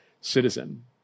citizen